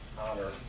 honor